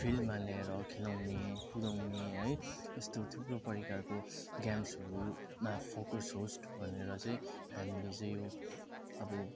फिल्डमा ल्याएर खेलाउने कुदाउने है यस्तो थुप्रो परिकारको गेम्सहरूमा फोकस होस्ट भनेर चाहिँ हामीले चाहिँ यो अब